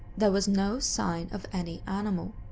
there was no sign of any animal.